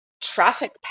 traffic